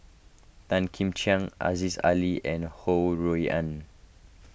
Tan Kim Ching Aziza Ali and Ho Rui An